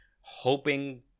hoping